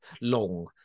long